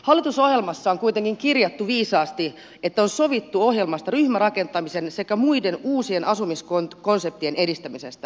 hallitusohjelmassa on kuitenkin kirjattu viisaasti että on sovittu ohjelmasta ryhmärakentamisen sekä muiden uusien asumiskonseptien edistämiseksi